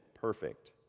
perfect